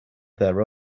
their